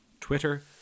twitter